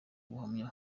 ubuhamya